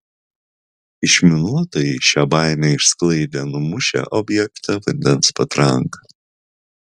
išminuotojai šią baimę išsklaidė numušę objektą vandens patranka